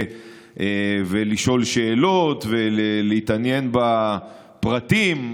לשאול שאלות ולהתעניין בפרטים.